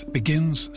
begins